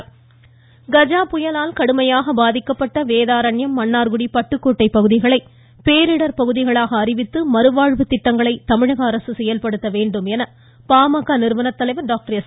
ராமதாஸ் கஜா புயலால் கடுமையாக பாதிக்கப்பட்ட வேதாரண்யம் மன்னார்குடி பட்டுக்கோட்டை பகுதிகளை பேரிடர் பகுதிகளாக அறிவித்து மறுவாழ்வு திட்டங்களை தமிழக அரசு செயல்படுத்த வேண்டும் என பாமக நிறுவனர் தலைவர் டாக்டர் எஸ்